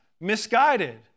misguided